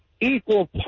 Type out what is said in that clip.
equal